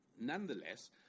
nonetheless